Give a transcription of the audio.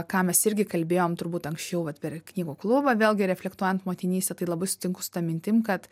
ką mes irgi kalbėjom turbūt anksčiau vat per knygų klubą vėlgi reflektuojant motinystę tai labai sutinku su ta mintim kad